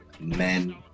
men